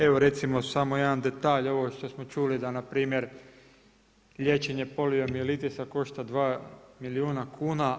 Evo redimo samo jedan detalj ovoga što smo čuli da npr. liječenje poliemelitisa košta 2 milijuna kuna.